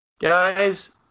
guys